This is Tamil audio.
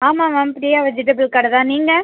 ஆமாம் மேம் ப்ரியா வெஜிடபிள் கடை தான் நீங்கள்